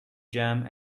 jam